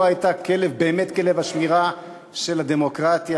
לא הייתה באמת כלב השמירה של הדמוקרטיה.